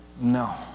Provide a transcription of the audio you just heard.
No